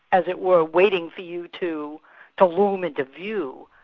as it were, waiting for you to to loom into view.